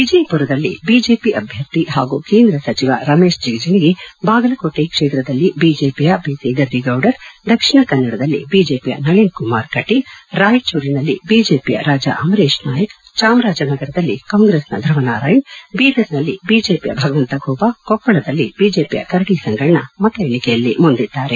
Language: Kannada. ವಿಜಯಪುರದಲ್ಲಿ ಬಿಜೆಪಿ ಅಭ್ವರ್ಥಿ ಹಾಗೂ ಕೇಂದ್ರ ಸಚಿವ ರಮೇಶ್ ಜಿಗಜಿಣಗಿ ಬಾಗಲಕೋಟೆ ಕ್ಷೇತ್ರದಲ್ಲಿ ಬಿಜೆಪಿಯ ಪಿಸಿಗದ್ದಿಗೌಡರ್ ದಕ್ಷಿಣ ಕನ್ನಡದಲ್ಲಿ ಬಿಜೆಪಿಯ ನಳನ್ ಕುಮಾರ್ ಕಟೀಲ್ ರಾಯಚೂರಿನಲ್ಲಿ ಬಿಜೆಪಿಯ ರಾಜ ಅಮರೇಶ್ ನಾಯಕ್ ಚಾಮರಾಜನಗರದಲ್ಲಿ ಕಾಂಗ್ರೆಸ್ನ ಧುವನಾರಾಯಣ್ ಬೀದರ್ನಲ್ಲಿ ಬಿಜೆಪಿಯ ಭಗವಂತ ಖೂಬಾ ಕೊಪ್ಪಳದಲ್ಲಿ ಬಿಜೆಪಿಯ ಕರಡಿ ಸಂಗಣ್ಣ ಮತ ಎಣಿಕೆಯಲ್ಲಿ ಮುಂದಿದ್ದಾರೆ